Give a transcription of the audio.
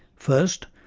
first,